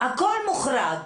הכול מוחרג,